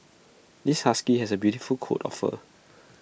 this husky has A beautiful coat of fur